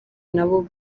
nabo